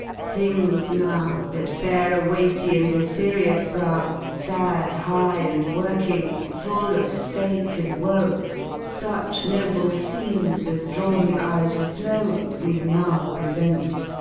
things now, that beare a weighty, and a serious brow, sad, high, and working, full of state and woe such noble scoenes, as draw the eye to flow we now present.